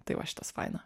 tai va šitas faina